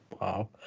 Wow